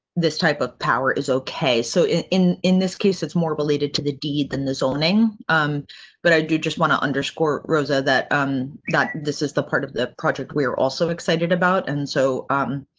this type of power is. okay. so, in in this case, it's more related to the deed than the zoning but i do just want to underscore rosa that um that this is the part of the project we're also excited about and so i'm